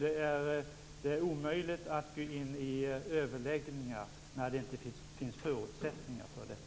Det är omöjligt att gå in i överläggningar när det inte finns förutsättningar för det.